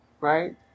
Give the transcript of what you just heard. Right